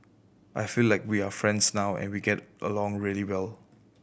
I feel like we are friends now and we get along really well